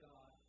God